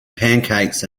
pancakes